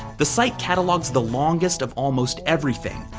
the site catalogues the longest of almost everything.